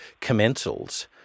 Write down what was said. commensals